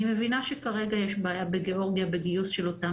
אני מבינה שכרגע יש בעיה בגאורגיה בגיוס של אותם